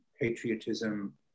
patriotism